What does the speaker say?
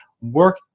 work